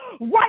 right